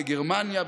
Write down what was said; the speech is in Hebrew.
בגרמניה,